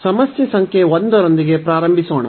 ಸಮಸ್ಯೆ ಸಂಖ್ಯೆ 1 ರೊಂದಿಗೆ ಪ್ರಾರಂಭಿಸೋಣ